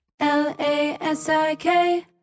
Lasik